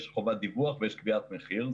יש חובת דיווח ויש קביעת מחיר,